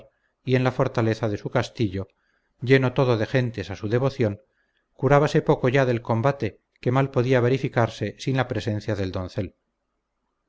y en la fortaleza de su castillo lleno todo de gentes a su devoción curábase poco ya del combate que mal podía verificarse sin la presencia del doncel